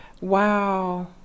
Wow